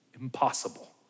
impossible